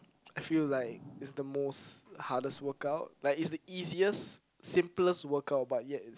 I feel like is the most hardest workout like it's the easiest simplest workout but yet